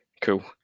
cool